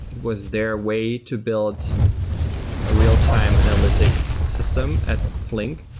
it was their way to build a real-time analytics system at flink.